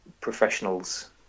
professionals